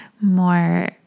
more